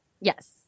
Yes